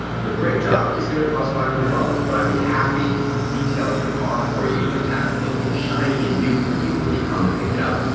the brake job is going to cost five hundred dollars but i'll be happy to detail your car for you and have it look in shiny and new for you when you come and pick it up.